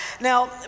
Now